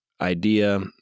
idea